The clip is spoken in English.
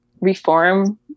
reform